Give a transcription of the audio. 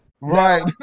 Right